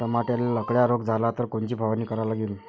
टमाट्याले लखड्या रोग झाला तर कोनची फवारणी करा लागीन?